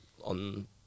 on